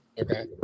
Okay